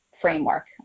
framework